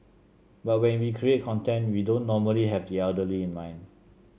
but when we create content we don't normally have the elderly in mind